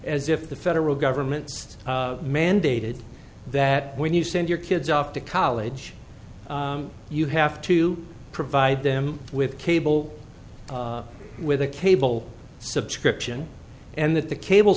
as if the federal government's mandated that when you send your kids off to college you have to provide them with cable with a cable subscription and that the cable